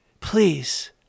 Please